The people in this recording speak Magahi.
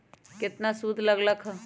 केतना सूद लग लक ह?